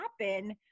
happen